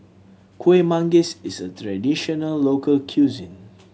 Kueh Manggis is a traditional local cuisine